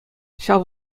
ҫав